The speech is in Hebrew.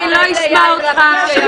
אני לא אשמע אותך.